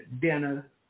dinner